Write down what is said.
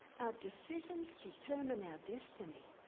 our decisions determine our destiny,